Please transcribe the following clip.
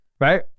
Right